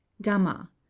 Gamma